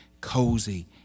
cozy